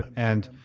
and